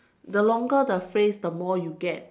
the longer the phrase the more you get